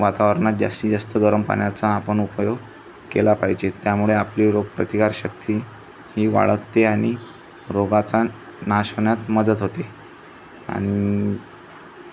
वातावरणात जास्तीत जास्त गरम पाण्याचा आपण उपयोग केला पाहिजेत त्यामुळे आपली रोगप्रतिकारशक्ती ही वाढते आणि रोगाचा नाश होण्यात मदत होते आणि